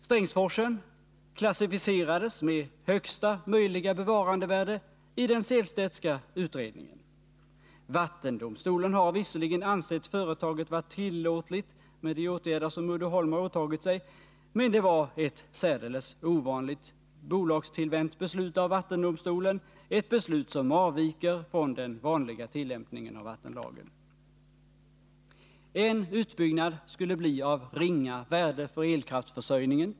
Strängsforsen klassificerades med ”högsta möjliga bevarandevärde” i den Sehlstedtska utredningen. Vattendomstolen har visserligen ansett företaget vara tillåtligt med de åtgärder som Uddeholm har åtagit sig, men det var ett särdeles ovanligt bolagstillvänt beslut av vattendomstolen, ett beslut som avviker från den vanliga tillämpningen av vattenlagen. En utbyggnad skulle bli av ringa värde för elkraftsförsörjningen.